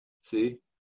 see